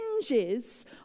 hinges